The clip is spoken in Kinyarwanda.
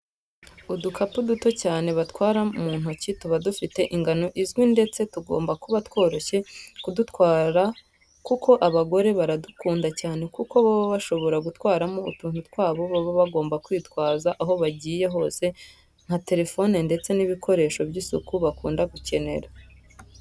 Udukapu duto cyane batwara mu ntoki tuba dufite ingano izwi ndetse tugomba kuba tworoshye kudutwara kuko abagore baradukunda cyane kuko baba bashobora gutwaramo utuntu twabo baba bagomba kwitwaza aho bagiyr hose nka terefone ndetse n'ibikoresho by'isuku bakunda gukenera.